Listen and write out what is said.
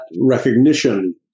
recognition